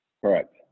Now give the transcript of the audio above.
Correct